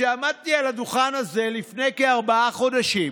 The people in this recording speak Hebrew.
עמדתי על הדוכן הזה לפני כארבעה חודשים